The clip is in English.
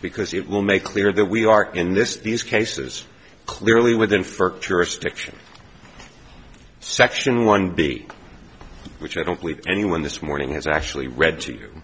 because it will make clear that we are in this these cases clearly within ferk jurisdiction section one b which i don't believe anyone this morning has actually read to you